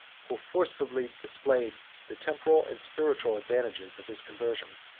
who forcibly displayed the temporal and spiritual advantages of his conversion.